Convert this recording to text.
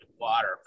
water